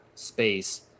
space